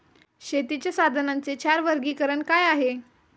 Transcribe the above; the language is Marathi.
शेतीच्या साधनांचे चार वर्गीकरण काय आहे?